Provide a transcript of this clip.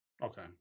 Okay